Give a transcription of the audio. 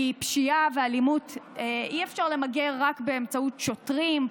כי פשיעה ואלימות אי-אפשר למגר רק באמצעות שוטרים,